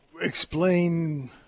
Explain